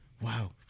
wow